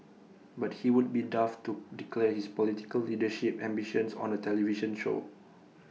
but he would be daft to declare his political leadership ambitions on A television show